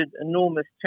enormous